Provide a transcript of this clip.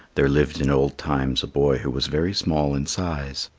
there lived in old times a boy who was very small in size.